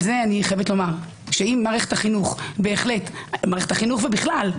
מערכת החינוך ובכלל,